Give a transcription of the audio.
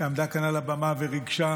שעמדה כאן על הבמה וריגשה.